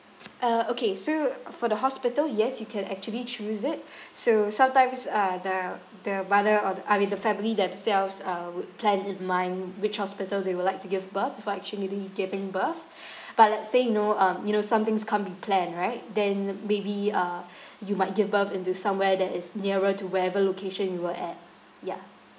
uh okay so for the hospital yes you can actually choose it so sometimes uh the the mother or the I mean the family themselves uh would plan in mind which hospital they would like to give birth before actually giving giving birth but let's say you know um you know some things can't be planned right then maybe uh you might give birth into somewhere that is nearer to wherever location you were at yeah